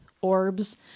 orbs